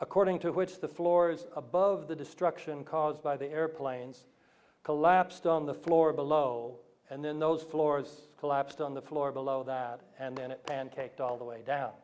according to which the floors above the destruction caused by the airplanes collapsed on the floor below and then those floors collapsed on the floor below that and it pancaked all the way down